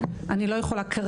אני לא יכולה לדעת כרגע.